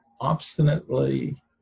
obstinately